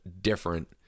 different